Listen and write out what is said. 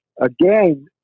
again